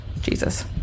Jesus